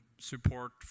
support